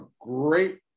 great